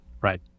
Right